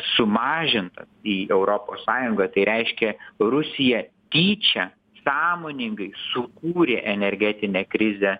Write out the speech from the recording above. sumažinta į europos sąjungą tai reiškė rusija tyčia sąmoningai sukūrė energetinę krizę